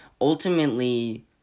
ultimately